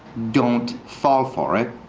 don't fall for it.